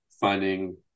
finding